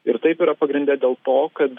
ir taip yra pagrinde dėl to kad